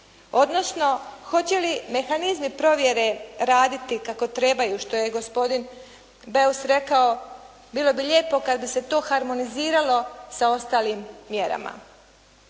odnosno hoće li mehanizmi provjere raditi kako trebaju što je gospodin Beus rekao, bilo bi lijepo kada bi se to harmoniziralo sa ostalim mjerama.